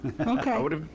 Okay